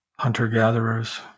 hunter-gatherers